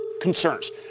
concerns